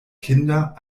kinder